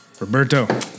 Roberto